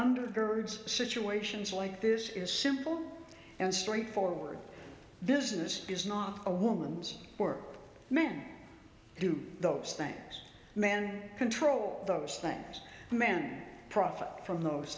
undergirds situations like this is simple and straightforward business is not a woman's work men do those things men control those things and men profit from those